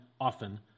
often